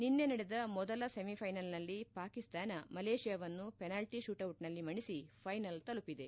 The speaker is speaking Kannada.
ನಿನ್ನೆ ನಡೆದ ಮೊದಲ ಸೆಮಿಫೈನಲ್ನಲ್ಲಿ ಪಾಕಿಸ್ತಾನ ಮಲೇಷಿಯಾವನ್ನು ಪೆನಾಲ್ಟಿ ಶೂಟೌಟ್ನಲ್ಲಿ ಮಣಿಸಿ ಫೈನಲ್ ತಲುಪಿದೆ